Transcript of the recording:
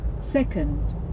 Second